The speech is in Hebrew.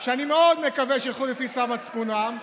שאני מאוד מקווה שילכו לפי צו מצפונם.